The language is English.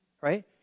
right